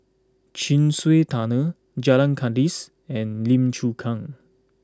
Chin Swee Tunnel Jalan Kandis and Lim Chu Kang